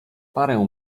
parę